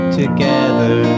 together